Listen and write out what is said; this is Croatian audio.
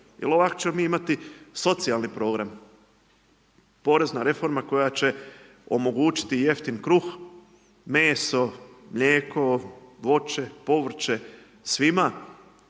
ovako ćemo mi imati socijalni program, porezna reforma, koja će omogućiti jeftin kruh, meso, mlijeko, voće, povrće, svima.